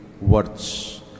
words